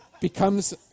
Becomes